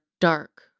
dark